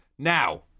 Now